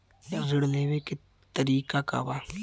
ऋण लेवे के तरीका का बा?